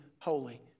holy